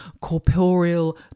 corporeal